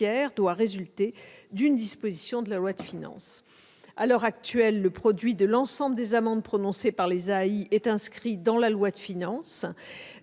doit résulter d'une disposition de loi de finances. À l'heure actuelle, le produit de l'ensemble des amendes prononcées par les autorités administratives